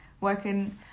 working